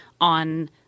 on